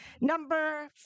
Number